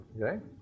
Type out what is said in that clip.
Okay